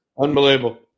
Unbelievable